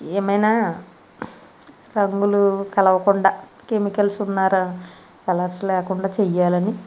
ఏమైనా రంగులు కలవకుండా కెమికల్స్ ఉన్న రం కలర్స్ లేకుండా చేయాలని